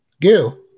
Gil